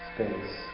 Space